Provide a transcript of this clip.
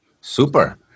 Super